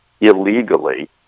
illegally